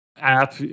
app